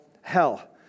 hell